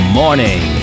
morning